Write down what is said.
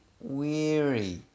weary